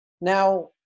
Now